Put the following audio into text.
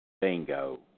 Bingo